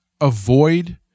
avoid